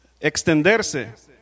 extenderse